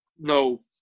no